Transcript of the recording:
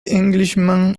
englishman